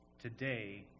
Today